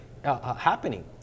Happening